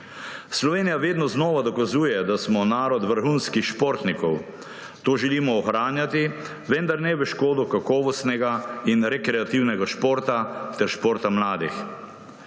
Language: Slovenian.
Slovenija vedno znova dokazuje, da smo narod vrhunskih športnikov. To želimo ohranjati, vendar ne v škodo kakovostnega in rekreativnega športa ter športa mladih.